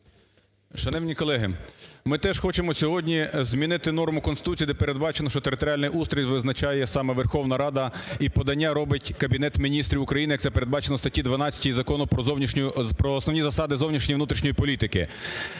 Шановні колеги! Ми теж хочемо сьогодні змінити норму Конституції, де передбачено, що територіальний устрій визначає саме Верховна Рада і подання робить Кабінету Міністрів України, як це передбачено в статті 12 Закону про зовнішню… про основні засади зовнішньої і внутрішньої політики.